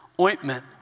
ointment